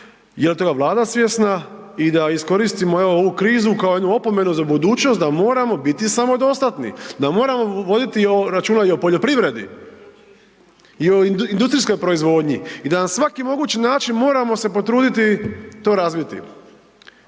je li toga Vlada svjesna i da iskoristimo evo, ovu krizu kao jednu opomenu za budućnost da moramo biti samodostatni. Da moramo voditi računa i poljoprivredi. I o industrijskoj proizvodnji i da na svaki mogući način moramo se potruditi to razviti.